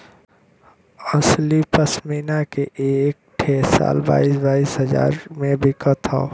असली पश्मीना के एक ठे शाल बाईस बाईस हजार मे बिकत हौ